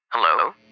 Hello